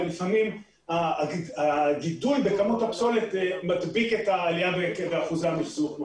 ולפעמים הגידול בכמות הפסולת מדביק את העלייה באחוזי המחזור.